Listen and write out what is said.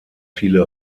viele